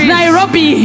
Nairobi